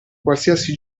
qualsiasi